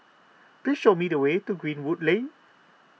please show me the way to Greenwood Lane